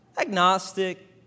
agnostic